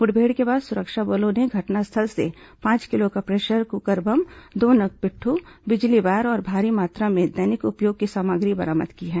मुठभेड़ के बाद सुरक्षा बलों ने घटनास्थल से पांच किलो का प्रेशर कुकर बम दो नग पिटठ बिजली वायर और भारी मात्रा में दैनिक उपयोग की सामग्री बरामद की है